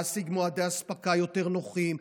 להשיג מועדי הספקה נוחים יותר,